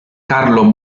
carlo